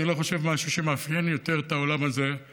אני לא חושב שיש משהו שמאפיין את העולם הזה יותר